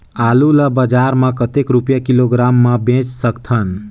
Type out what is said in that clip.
आलू ला बजार मां कतेक रुपिया किलोग्राम म बेच सकथन?